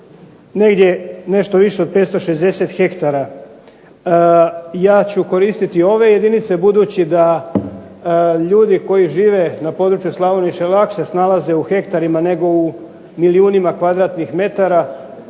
negdje nešto više od 560 hektara. Ja ću koristiti ove jedinice budući da ljudi koji žive na području Slavonije se lakše snalaze u hektarima nego u milijunima kvadratnih metara